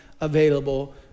available